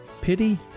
Pity